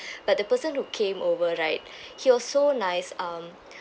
but the person who came over right he was so nice um